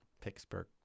Pittsburgh